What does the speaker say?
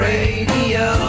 Radio